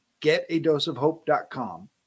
getadoseofhope.com